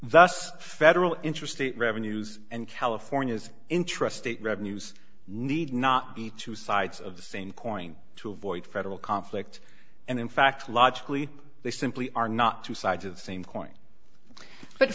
thus federal intrastate revenues and california's intrastate revenues need not be two sides of the same coin to avoid federal conflict and in fact logically they simply are not two sides of the same coin but